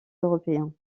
européens